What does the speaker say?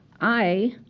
i